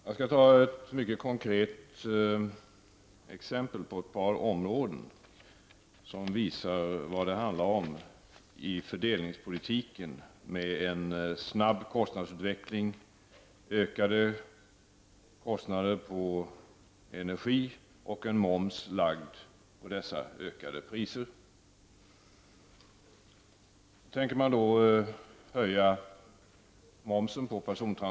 Fru talman! Jag skall ge mycket konkreta exempel på ett par områden för att visa vad det innebär för fördelningspolitiken om man har en snabb kostnadsutveckling, ökade priser på energi och en moms på dessa ökade priser.